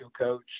coach